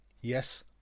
Yes